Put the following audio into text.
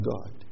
God